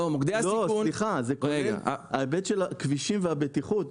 זה כולל את ההיבט של הכבישים והבטיחות.